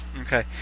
Okay